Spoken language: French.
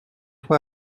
toi